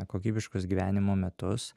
kokybiškus gyvenimo metus